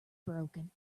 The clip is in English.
broken